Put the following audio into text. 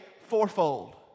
fourfold